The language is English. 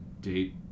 date